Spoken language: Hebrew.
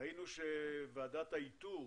ראינו שוועדת האיתור